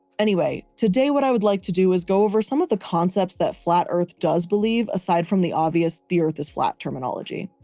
anyway, today what i would like to do is go over some of the concepts that flat earth does believe aside from the obvious the earth is flat terminology.